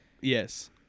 Yes